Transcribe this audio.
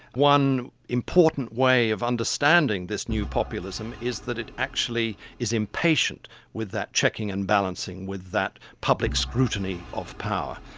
one important way of understanding this new populism is that it actually is impatient with that checking and balancing, with that public scrutiny of power.